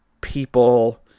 people